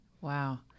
Wow